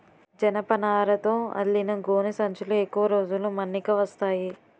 జనపనారతో అల్లిన గోనె సంచులు ఎక్కువ రోజులు మన్నిక వస్తాయి